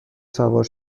سوار